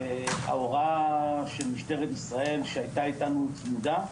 ההוראה של משטרת ישראל שהיתה צמודה אלינו,